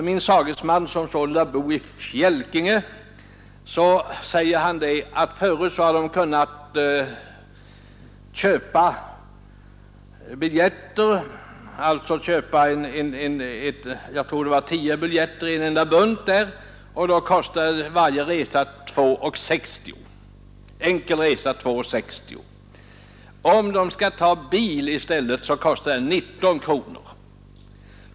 Min sagesman, som bor i Fjälkinge, säger att man förut har kunnat köpa biljetter för tio enkla tågresor, där varje sådan resa kostade 2 kronor 60 öre. Om man i stället skall ta taxibil kostar detta 19 kronor.